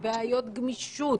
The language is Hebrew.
אלא מכל מיני סיבות,